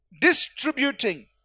Distributing